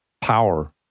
power